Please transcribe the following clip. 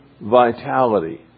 vitality